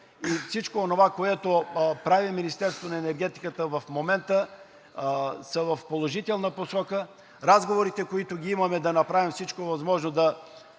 всичко онова, което прави Министерството на енергетиката в момента, е в положителна посока. Разговорите, които имаме, да направим всичко възможно да